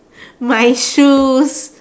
my shoes